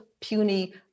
puny